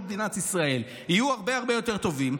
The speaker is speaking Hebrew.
מדינת ישראל יהיו הרבה הרבה יותר טובים,